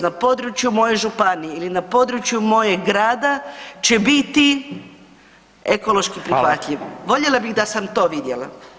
Na području moje županije ili na području mojeg grada će biti ekološki prihvatljiv [[Upadica: Fala]] Voljela bih da sam to vidjela.